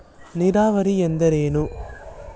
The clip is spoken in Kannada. ನೀರಾವರಿ ಎಂದರೇನು?